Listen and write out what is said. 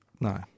No